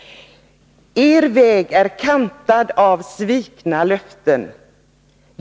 Er väg är kantad av svikna löften.